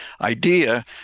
idea